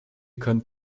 könnt